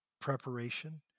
preparation